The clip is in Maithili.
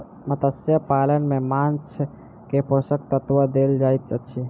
मत्स्य पालन में माँछ के पोषक तत्व देल जाइत अछि